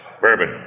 Bourbon